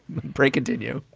break it. did you?